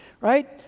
right